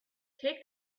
take